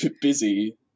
busy